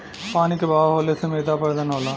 पानी क बहाव होले से मृदा अपरदन होला